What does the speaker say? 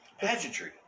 pageantry